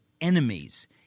enemies